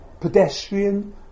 pedestrian